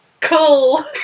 cool